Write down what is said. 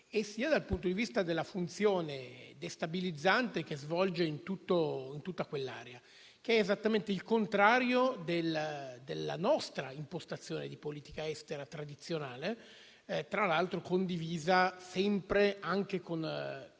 sia dal punto di vista della funzione destabilizzante che svolge in tutta quell'area. Questo è esattamente il contrario della nostra impostazione di politica estera tradizionale, tra l'altro condivisa sempre, anche con